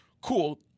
cool